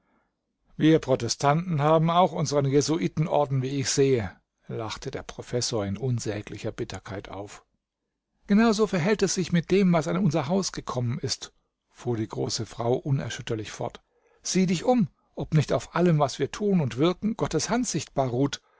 wir protestanten haben auch unseren jesuitenorden wie ich sehe lachte der professor in unsäglicher bitterkeit auf genau so verhält es sich mit dem was an unser haus gekommen ist fuhr die große frau unerschütterlich fort sieh dich um ob nicht auf allem was wir thun und wirken gottes hand sichtbar ruht